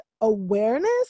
awareness